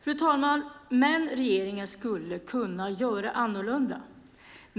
Fru talman! Regeringen skulle kunna göra annorlunda!